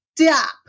stop